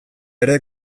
ere